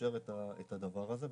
לאפשר את הדבר הזה.